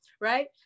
Right